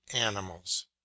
animals